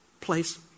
place